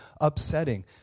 upsetting